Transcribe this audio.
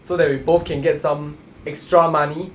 so that we both can get some extra money